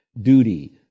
duty